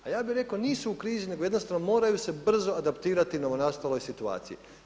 A ja bih rekao nisu u krizi nego jednostavno moraju se brzo adaptirati u novonastaloj situaciji.